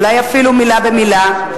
אולי אפילו מלה במלה.